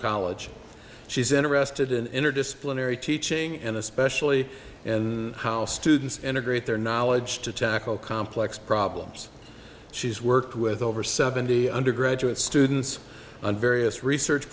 college she's interested in interdisciplinary teaching and especially in how students integrate their knowledge to tackle complex problems she's worked with over seventy undergraduate students and various research